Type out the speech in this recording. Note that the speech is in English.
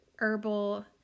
Herbal